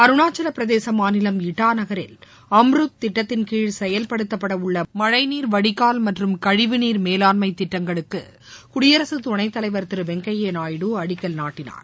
அருணாச்சலப் பிரதேச மாநிலம் இட்டாநகரில் அம்ரூத் திட்டத்தின் கீழ் செயல்படுத்தப்பட உள்ள மழைநீர் வடிகால் மற்றும் கழிவு நீர் மேலாண்மை திட்டங்களுக்கு குடியரசு துணைத் தலைவர் திரு வெங்கையா நாயுடு அடிக்கல் நாட்டினார்